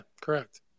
correct